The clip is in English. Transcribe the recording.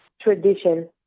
tradition